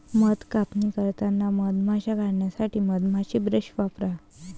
मध कापणी करताना मधमाश्या काढण्यासाठी मधमाशी ब्रश वापरा